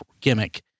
gimmick